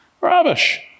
Rubbish